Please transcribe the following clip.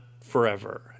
forever